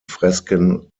fresken